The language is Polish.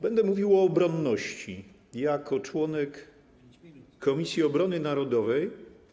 Będę mówił o obronności jako członek Komisji Obrony Narodowej.